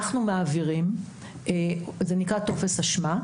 אנחנו מעבירים טופס אשמה.